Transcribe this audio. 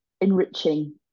enriching